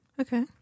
Okay